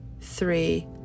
three